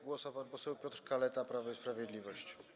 Głos ma pan poseł Piotr Kaleta, Prawo i Sprawiedliwość.